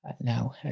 Now